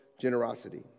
generosity